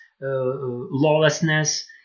lawlessness